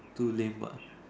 too lame much